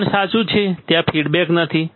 આ પણ સાચું છે ત્યાં ફીડબેક નથી